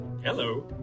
Hello